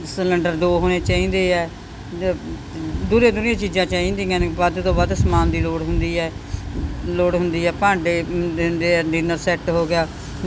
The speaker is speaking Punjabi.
ਸਲੰਡਰ ਦੋ ਹੋਣੇ ਚਾਹੀਦੇ ਆ ਦ ਦੂਹਰੀਆਂ ਦੂਹਰੀਆਂ ਚੀਜ਼ਾਂ ਚਾਹੀਦੀਆਂ ਨੇ ਵੱਧ ਤੋਂ ਵੱਧ ਸਮਾਨ ਦੀ ਲੋੜ ਹੁੰਦੀ ਹੈ ਲੋੜ ਹੁੰਦੀ ਹੈ ਭਾਂਡੇ ਦਿੰਦੇ ਡਿਨਰ ਸੈੱਟ ਹੋ ਗਿਆ